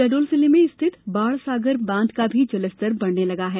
शहडोल जिले में स्थित बांणसगार बांध का भी जलस्तर बढ़ने लगा है